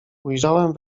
ujrzałem